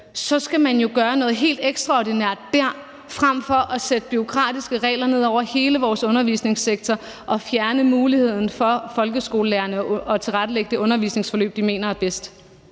så skal man jo gøre noget helt ekstraordinært dér frem for at lægge bureaukratiske regler ned over hele vores undervisningssektor og fjerne muligheden for folkeskolelærerne for at tilrettelægge det undervisningsforløb, de mener er bedst.